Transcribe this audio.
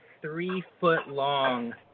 three-foot-long